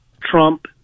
Trump